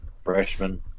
freshman